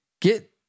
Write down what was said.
Get